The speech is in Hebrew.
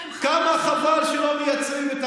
הייתי קונה לך מסכה על חשבוני.